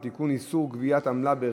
שידורים בשפה הערבית),